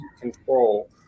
control